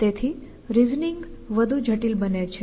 તેથી રિઝનિંગ વધુ જટિલ બને છે